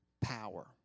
power